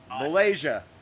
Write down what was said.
Malaysia